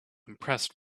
impressed